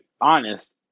honest